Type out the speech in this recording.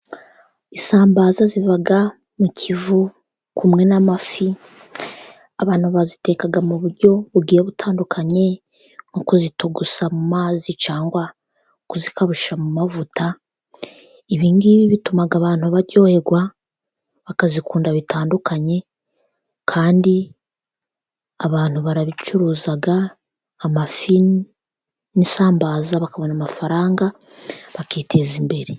Isambaza ziba mu kivu hamwe n'amafi, abantu baziteka mu buryo bugiye butandukanye, nko kuzitogosa mu mazi cyangwa ku zikawusha mu mavuta, ibi ngibi bituma abantu baryoherwa bakazikunda bitandukanye kandi abantu barabicuruza, amafi ni isambaza bakabona amafaranga bakiteza imbere.